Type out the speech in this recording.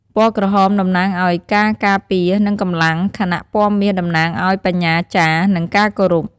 ពណ៌ក្រហមតំណាងឲ្យការការពារ និងកម្លាំង ខណៈពណ៌មាសតំណាងឲ្យបញ្ញាចារ្យ និងការគោរព។